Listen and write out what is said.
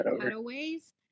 cutaways